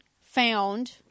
found